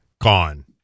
Gone